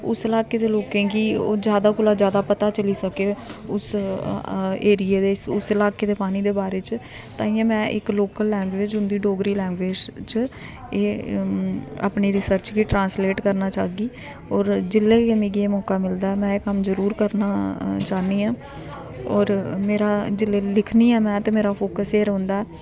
उस लाकै दे लोकें गी जादा कोला दा जादा पता चली सकै उस एरिये दे उस लाकै दे पानी दे बारे च ताहियें में इक लोकल लैंग्वेज़ च डोगरी लैंग्वेज़ च एह् अपनी रिसर्च गी ट्रांसलेट करना चाह्गी होर जेल्लै बी मिगी एह् मौका मिलदा में एह् कम्म जरूर करना चाहन्नीं आं होर मेरा जेल्लै लिखनी आं में ते मेरा फोकस एह् रौहंदा ऐ